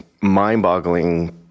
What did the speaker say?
mind-boggling